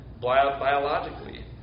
biologically